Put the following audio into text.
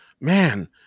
man